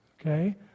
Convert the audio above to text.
Okay